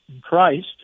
Christ